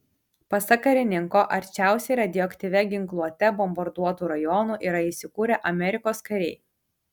pasak karininko arčiausiai radioaktyvia ginkluote bombarduotų rajonų yra įsikūrę amerikos kariai